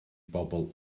bobl